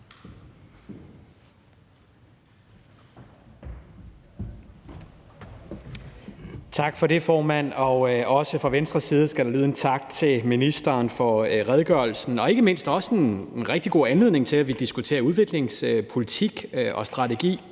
Tak for det, formand, og også fra Venstres side skal der lyde en tak til ministeren for redegørelsen. Det er ikke mindst også en rigtig god anledning til, at vi diskuterer udviklingspolitik og -strategi